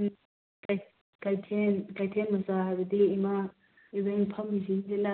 ꯎꯝ ꯀꯩ ꯀꯩꯊꯦꯟ ꯀꯩꯊꯦꯟ ꯃꯆꯥ ꯍꯥꯏꯕꯗꯤ ꯏꯃꯥ ꯏꯕꯦꯟ ꯐꯝꯃꯤꯁꯤꯡꯁꯤꯅ